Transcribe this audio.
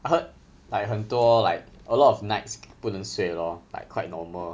I heard like 很多 like a lot of nights 不能睡 lor like quite normal